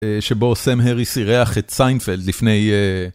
שבו סאם האריס אירח את סיינפלד לפני...